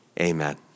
Amen